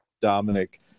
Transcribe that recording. Dominic